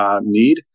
need